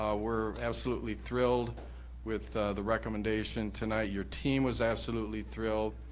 ah we're absolutely thrilled with the recommendation tonight. your team was absolutely thrilled,